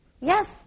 Yes